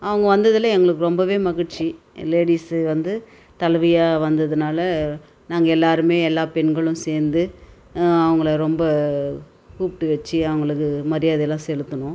அவங்க வந்ததில் எங்களுக்கு ரொம்பவே மகிழ்ச்சி லேடீஸ் வந்து தலைவியாக வந்ததனால நாங்கள் எல்லோருமே எல்லா பெண்களும் சேர்ந்து அவங்களை ரொம்ப கூப்பிட்டு வச்சு அவங்களுக்கு மரியாதையெல்லாம் செலுத்தினோம்